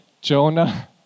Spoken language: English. Jonah